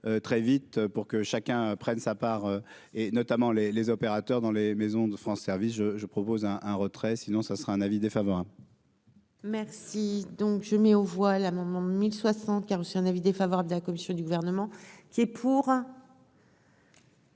très vite pour que chacun prenne sa part et notamment les les opérateurs dans les maisons de France service je je propose un un retrait sinon ça sera un avis défavorable. Merci donc je mets aux voix l'amendement 1060, qui a reçu un avis défavorable de la commission du gouvernement qui est pour.